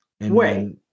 Wait